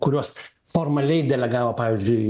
kuriuos formaliai delegavo pavyzdžiui